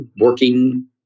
working